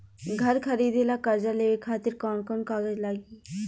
घर खरीदे ला कर्जा लेवे खातिर कौन कौन कागज लागी?